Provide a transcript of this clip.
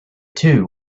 two